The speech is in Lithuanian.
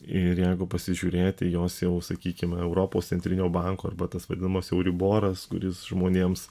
ir jeigu pasižiūrėti jos jau sakykim europos centrinio banko arba tas vadinamas euriboras kuris žmonėms